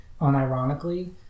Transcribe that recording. unironically